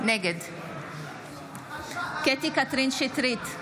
נגד קטי קטרין שטרית,